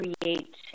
create